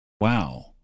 wow